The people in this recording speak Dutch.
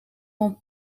van